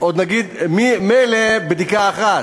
נגיד מילא בדיקה אחת,